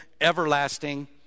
everlasting